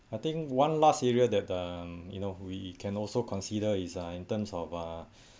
I think one last area that um you know we can also consider is uh in terms of uh